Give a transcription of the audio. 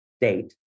date